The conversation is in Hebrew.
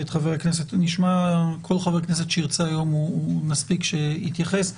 נשמע כל חבר כנסת שירצה היום, נספיק שיתייחס.